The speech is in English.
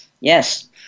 yes